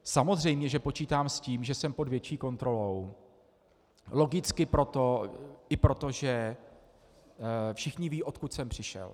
Samozřejmě že počítám s tím, že jsem pod větší kontrolou, logicky i proto, že všichni vědí, odkud jsem přišel.